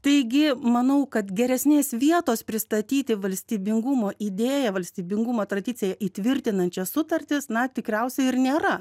taigi manau kad geresnės vietos pristatyti valstybingumo idėją valstybingumo tradiciją įtvirtinančias sutartis na tikriausiai ir nėra